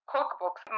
cookbooks